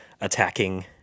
attacking